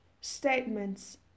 Statements